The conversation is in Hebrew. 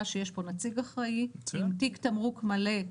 שיש פה נציג אחראי עם תיק תמרוק מלא -- מצוין.